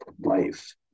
life